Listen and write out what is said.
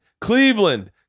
Cleveland